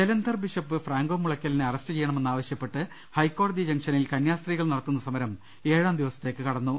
Jalandhar bishop Franco മുളയ്ക്കലിനെ arrest ചെയ്യണമെ ന്നാവശൃപ്പെട്ട് ഹൈക്കോടതി ജംഗ്ഷനിൽ കന്യാസ്ത്രീകൾ നട ത്തുന്ന സമരം ഏഴാം ദിവസത്തേക്ക് കടന്നു